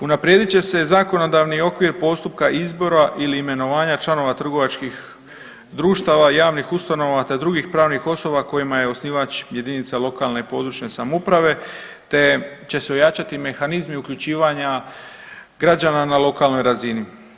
Unaprijedit će se zakonodavni okvir postupka izbora ili imenovanja članova trgovačkih društava, javnih ustanova te drugih pravnih osnova kojima je osnivač jedinica lokalne i područne samouprave te će se ojačati mehanizmi uključivanja građana na lokalnoj razini.